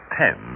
ten